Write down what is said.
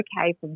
okay